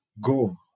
go